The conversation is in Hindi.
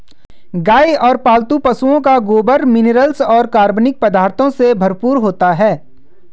गाय और पालतू पशुओं का गोबर मिनरल्स और कार्बनिक पदार्थों से भरपूर होता है